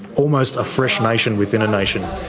almost a fresh nation within a nation,